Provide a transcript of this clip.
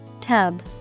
Tub